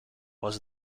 was